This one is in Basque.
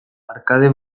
arkade